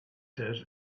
says